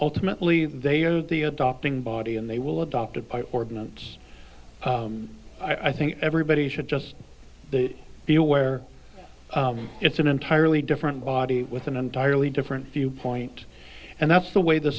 ltimately they are the adopting body and they will adopted by ordinance i think everybody should just be aware it's an entirely different body with an entirely different viewpoint and that's the way the